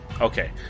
Okay